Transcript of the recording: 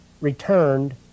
returned